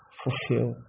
fulfill